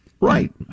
Right